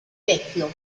vecchio